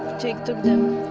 jake took them.